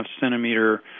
centimeter